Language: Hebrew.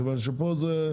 מכיוון שפה,